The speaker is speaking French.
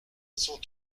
son